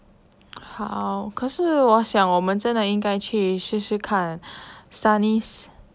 好可是我想我们真的应该去试试看 sarnies